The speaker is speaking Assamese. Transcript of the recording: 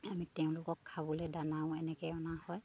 আমি তেওঁলোকক খাবলৈ দানাও এনেকৈ অনা হয়